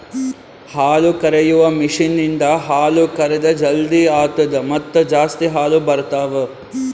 ಹಾಲುಕರೆಯುವ ಮಷೀನ್ ಇಂದ ಹಾಲು ಕರೆದ್ ಜಲ್ದಿ ಆತ್ತುದ ಮತ್ತ ಜಾಸ್ತಿ ಹಾಲು ಬರ್ತಾವ